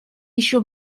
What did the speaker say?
еще